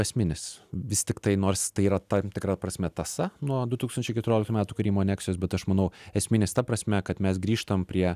esminis vis tiktai nors tai yra tam tikra prasme tąsa nuo du tūkstančiai keturioliktų metų krymo aneksijos bet aš manau esminis ta prasme kad mes grįžtam prie